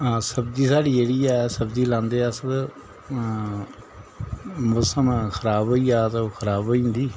सब्जी स्हाड़ी जेह्ड़ी ऐ सब्जी लांदे अस मौसम ख़राब होई जा तां खराब होई जन्दी